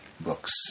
books